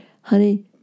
honey